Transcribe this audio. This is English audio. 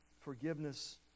forgiveness